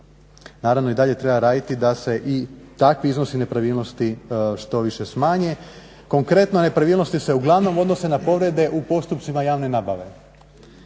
Naravno i dalje treba raditi da se i takvi iznosi nepravilnosti što više smanje. Konkretno, nepravilnosti se uglavnom odnose na povrede u postupcima javne nabave.